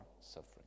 suffering